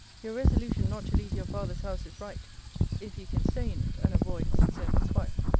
your resolution not to leave your father's house is right if you can stay in it, and avoid being solmes's wife.